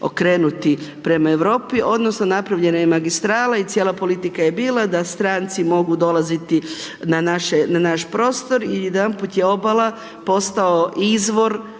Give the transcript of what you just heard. okrenuti prema Europi, odnosno napravljena je magistrala i cijela politika je bila da stranci mogu dolaziti na naš prostor i jedanput je obala postao izvor